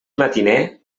matiner